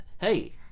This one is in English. hey